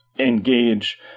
engage